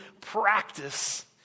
practice